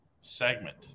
segment